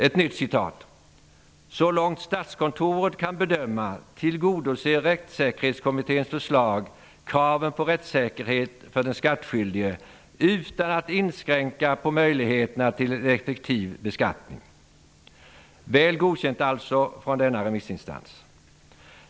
Ett nytt citat: ''Så långt statskontoret kan bedöma tillgodoser rättssäkerhetskommitténs förslag kraven på rättssäkerhet för den skattskyldige utan att inskränka på möjligheterna till en effektiv beskattning.'' Rättssäkerhetskommittén fick alltså väl godkänt från denna remissinstans.